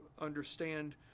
understand